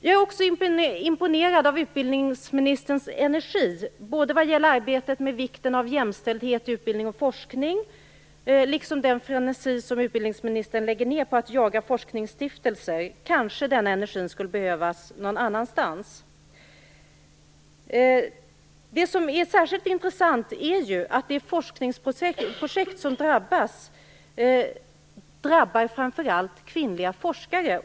Jag är också imponerad av utbildningsministerns energi, både vad gäller arbetet med vikten av jämställdhet, utbildning och forskning och den frenesi som utbildningsministern lägger ned på att jaga forskningsstiftelser. Kanske denna energi skulle behövas någon annanstans. Det som är särskilt intressant är ju att de forskningsprojekt som drabbas berör framför allt kvinnliga forskare.